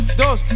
dos